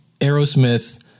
Aerosmith